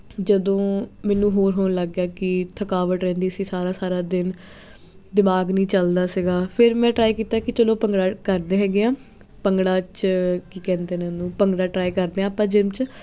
ਜਦੋਂ ਮੈਨੂੰ ਹੋਰ ਹੋਣ ਲੱਗ ਗਿਆ ਕਿ ਥਕਾਵਟ ਰਹਿੰਦੀ ਸੀ ਸਾਰਾ ਸਾਰਾ ਦਿਨ ਦਿਮਾਗ ਨਹੀਂ ਚੱਲਦਾ ਸੀਗਾ ਫਿਰ ਮੈਂ ਟਰਾਈ ਕੀਤਾ ਕਿ ਚਲੋ ਭੰਗੜਾ ਕਰਦੇ ਹੈਗੇ ਹਾਂ ਭੰਗੜਾ 'ਚ ਕੀ ਕਹਿੰਦੇ ਨੇ ਉਹਨੂੰ ਭੰਗੜਾ ਟਰਾਈ ਕਰਦੇ ਹਾਂ ਆਪਾਂ ਜਿੰਮ 'ਚ